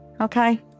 Okay